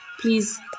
please